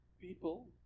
People